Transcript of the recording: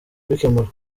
kubikemura